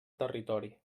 territori